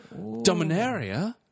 Dominaria